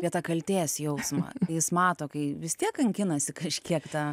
apie tą kaltės jausmą jis mato kai vis tiek kankinasi kažkiek tą